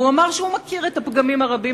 הוא אמר שהוא מכיר את הפגמים הרבים